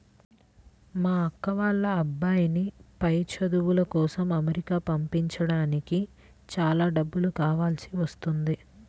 మా అక్క వాళ్ళ అబ్బాయిని పై చదువుల కోసం అమెరికా పంపించడానికి చాలా డబ్బులు కావాల్సి వస్తున్నది